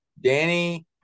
Danny